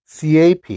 cap